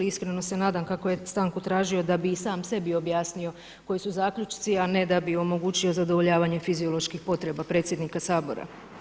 Iskreno se nadam kako je stanku tražio da bi i sam sebi objasnio koji su zaključci, a ne da bi omogućio zadovoljavanje fizioloških potreba predsjednika Sabora.